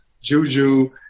Juju